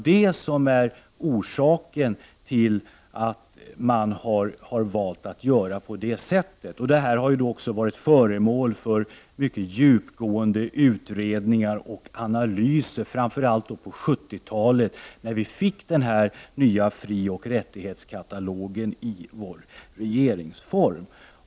Detta är orsaken till att man har valt att göra på det sättet. Denna fråga har varit föremål för mycket djupgåendeutredningar och analyser, framför allt på 1970-talet, när vi fick den nya fri och rättighetskatalogen i vår regeringsform.